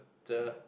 Cher